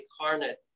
incarnate